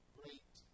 great